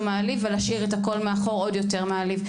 מעליב ולהשאיר הכול מעליב עוד יותר מעליב.